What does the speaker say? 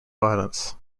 violence